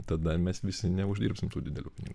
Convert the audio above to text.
tada mes visi neuždirbsim tų didelių pinigų